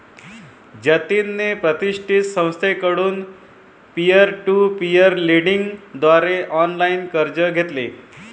जतिनने प्रतिष्ठित संस्थेकडून पीअर टू पीअर लेंडिंग द्वारे ऑनलाइन कर्ज घेतले